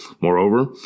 Moreover